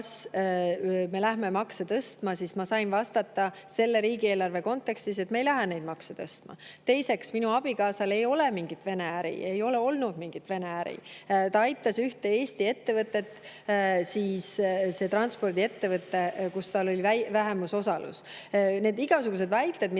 me läheme makse tõstma. Siis ma sain vastata selle riigieelarve kontekstis, et me ei lähe neid makse tõstma. Teiseks, minu abikaasal ei ole mingit Vene äri ja ei ole olnud mingit Vene äri. Ta aitas ühte Eesti ettevõtet, seda transpordiettevõtet, kus tal oli vähemusosalus. Need igasugused väited,